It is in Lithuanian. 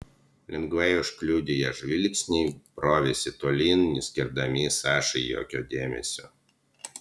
lengvai užkliudę ją žvilgsniai brovėsi tolyn neskirdami sašai jokio dėmesio